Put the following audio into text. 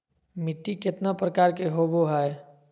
मिट्टी केतना प्रकार के होबो हाय?